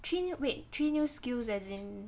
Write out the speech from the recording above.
three ne~ wait three new skills as in